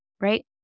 right